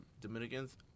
Dominicans